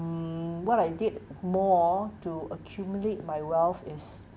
mm what I did more to accumulate my wealth is